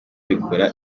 bikora